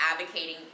advocating